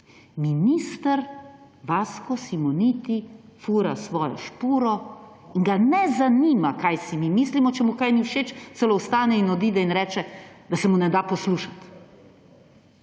Minister Vasko Simoniti fura svojo špuro in ga ne zanima, kaj si mi mislimo, če mu kaj ni všeč, celo vstane in odide in reče, da se mu ne da poslušati.